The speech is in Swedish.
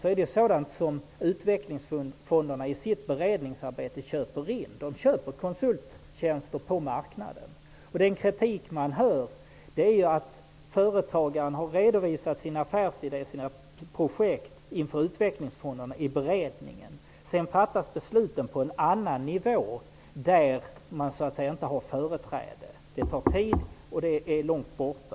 Det är sådant som utvecklingsfonderna köper in i sitt beredningsarbete. De köper konsulttjänster på marknaden. Den kritik man hör är att företagaren har redovisat sin affärsidé och sina projekt inför utvecklingsfonderna i beredningen, men att besluten sedan fattas på en annan nivå, där denne inte har företräde. Det tar tid, och det är långt borta.